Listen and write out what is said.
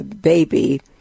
baby